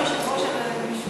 ולך, אדוני היושב-ראש, על הגמישות.